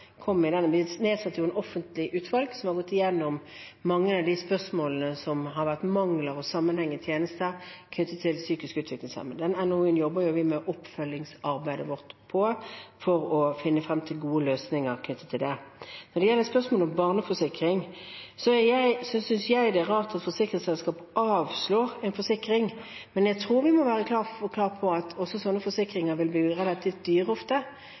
kom med. Vi nedsatte et offentlig utvalg til å gå igjennom mange av spørsmålene om mangler og sammenheng i tjenester til psykisk utviklingshemmede. Vi jobber med oppfølgingsarbeidet etter den NOU-en for å finne frem til gode løsninger knyttet til det. Når det gjelder spørsmålet om barneforsikring, synes jeg det er rart at forsikringsselskap avslår å forsikre, men jeg tror vi også må være klare på at slike forsikringer ofte vil bli relativt dyre,